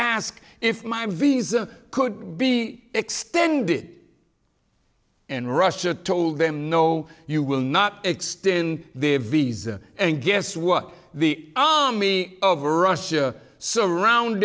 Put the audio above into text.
ask if my visa could be extended and russia told them no you will not extend their visa and guess what the ami of russia surround